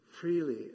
freely